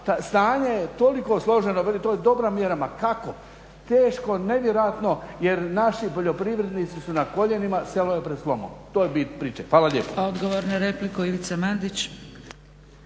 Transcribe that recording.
stanje je toliko složeno, to je dobra mjera, ma kako? Teško, nevjerojatno jer naši poljoprivrednici su na koljenima, selo je pred slomom. To je bi priče. Hvala lijepo.